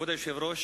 כבוד היושב-ראש,